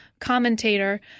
commentator